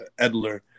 Edler